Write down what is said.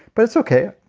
but it's okay.